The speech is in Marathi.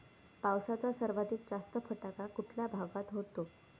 पावसाचा सर्वाधिक जास्त फटका कुठल्या भागात होतो?